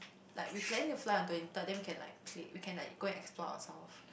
like we planning to fly on twenty third then we can like play we can like go and explore ourselves